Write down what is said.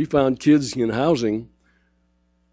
we found kids in housing